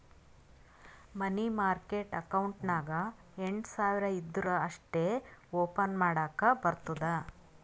ಮನಿ market account ನಾಗ್ ಎಂಟ್ ಸಾವಿರ್ ಇದ್ದೂರ ಅಷ್ಟೇ ಓಪನ್ ಮಾಡಕ್ ಬರ್ತುದ